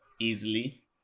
Easily